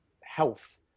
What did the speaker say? health